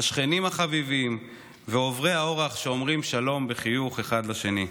השכנים חביבים ועוברי האורח אומרים שלום בחיוך אחד לשני.